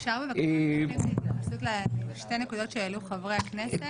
אפשר בבקשה להתייחס לשתי נקודות שהעלו חברי הכנסת?